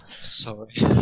Sorry